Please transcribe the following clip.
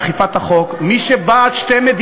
אתה,